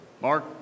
Mark